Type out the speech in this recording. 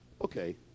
okay